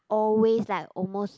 always like almost